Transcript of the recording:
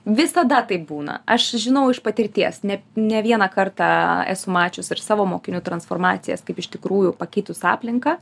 visada taip būna aš žinau iš patirties ne ne vieną kartą esu mačiusi savo mokinių transformacijas kaip iš tikrųjų pakeitus aplinką